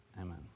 Amen